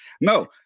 No